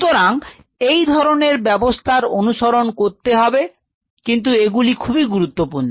সুতরাং এই ধরনের ব্যবস্থার অনুসরণ করতে হবে কিন্তু এগুলি খুবই গুরুত্বপূর্ণ